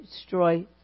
destroy